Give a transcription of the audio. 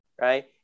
Right